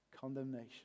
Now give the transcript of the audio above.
condemnation